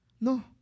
No